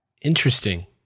Interesting